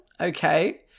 okay